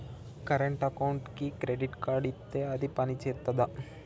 Current అకౌంట్కి credit card ఇత్తే అది పని చేత్తదా?